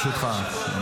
בבקשה.